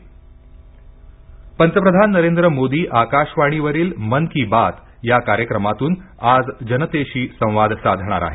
मन की बात पंतप्रधान नरेंद्र मोदी आकाशवाणी वरील मन की बात या कार्यक्रमातून आज जनतेशी संवाद साधणार आहेत